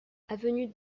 avenue